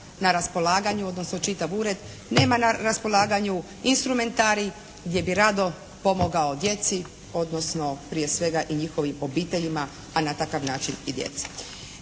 na raspolaganju odnosno čitav ured, nema na raspolaganju instrumentarij gdje bi rado pomogao djeci, odnosno prije svega i njihovim obiteljima, a na takav način i djeci.